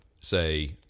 say